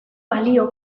balio